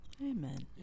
Amen